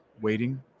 waiting